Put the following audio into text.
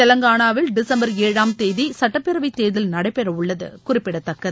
தெலங்கானாவில் டிசம்பர் ஏழாம் தேதி சட்டப்பேரவைத் தேர்தல் நடைபெறவுள்ளது குறிப்பிடத்தக்கது